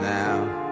now